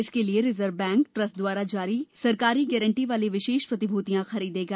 इसके लिए reserve bank trust द्वारा जारी सरकारी गारंटी वाली विशेष प्रतिभूतियां खरीदेगा